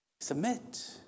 submit